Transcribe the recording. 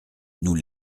nous